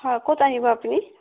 হয় ক'ত আহিব আপুনি